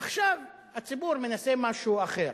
עכשיו הציבור מנסה משהו אחר.